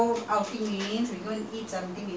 then how can you say the theatre is after